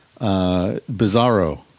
Bizarro